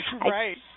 Right